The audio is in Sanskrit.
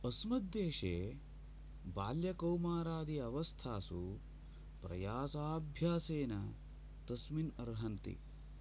अस्मद्देशे बाल्यकौमारादि अवस्थासु प्रयासाभ्यासेन तस्मिन् अर्हन्ति